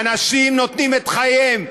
אנשים נותנים את חייהם,